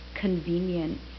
convenient